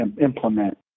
implement